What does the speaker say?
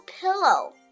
pillow